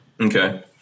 okay